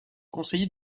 conseillé